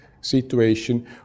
situation